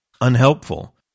unhelpful